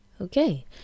okay